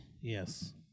Yes